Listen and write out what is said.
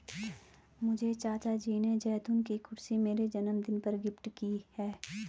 मुझे चाचा जी ने जैतून की कुर्सी मेरे जन्मदिन पर गिफ्ट की है